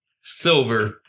silver